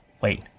wait